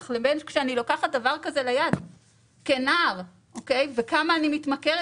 ולוקחת דבר כזה ליד וכמה אני מתמכרת.